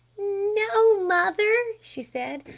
no mother, she said,